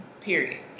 Period